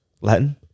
Latin